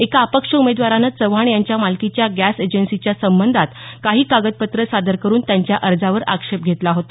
एका अपक्ष उमेदवारानं चव्हाण यांच्या मालकीच्या गॅस एजन्सीच्या संबंधात काही कागदपत्रं सादर करुन त्यांच्या अर्जावर आक्षेप घेतला होता